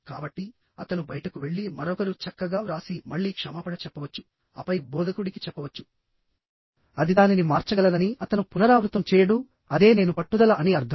కాబట్టి అతను బయటకు వెళ్లి మరొకరు చక్కగా వ్రాసి మళ్ళీ క్షమాపణ చెప్పవచ్చు ఆపై బోధకుడికి చెప్పవచ్చు అది దానిని మార్చగలదని అతను పునరావృతం చేయడు అదే నేను పట్టుదల అని అర్థం